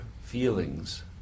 feelings